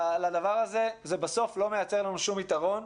זה לא מייצר שום יתרון.